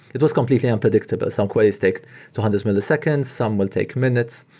it was completely unpredictable. some queries take two hundred milliseconds, some will take minutes.